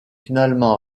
finalement